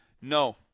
No